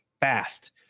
fast